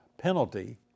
penalty